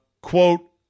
quote